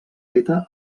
feta